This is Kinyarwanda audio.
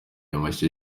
amashyi